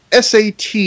SAT